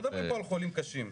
לא מדובר פה בחולים קשים.